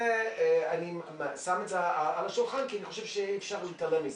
אני שם את זה על השולחן כי אני חושב שאי-אפשר להתעלם מזה.